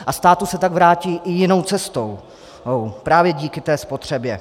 A státu se tak vrátí i jinou cestou právě díky té spotřebě.